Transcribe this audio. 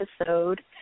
episode